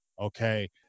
Okay